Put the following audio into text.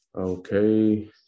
Okay